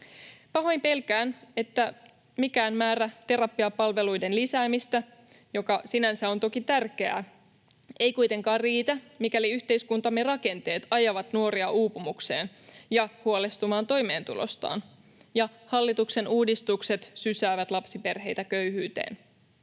Pahoin pelkään, että mikään määrä terapiapalveluiden lisäämistä, joka sinänsä on toki tärkeää, ei kuitenkaan riitä, mikäli yhteiskuntamme rakenteet ajavat nuoria uupumukseen ja huolestumaan toimeentulostaan ja hallituksen uudistukset sysäävät lapsiperheitä köyhyyteen.